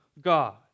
God